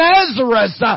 Nazareth